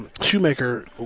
Shoemaker